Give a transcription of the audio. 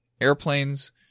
airplanes